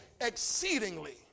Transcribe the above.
exceedingly